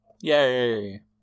Yay